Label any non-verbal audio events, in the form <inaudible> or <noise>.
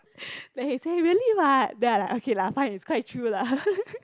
then he say really what then I like okay lah quite true lah <laughs>